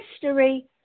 History